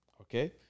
okay